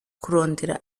kurondera